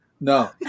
No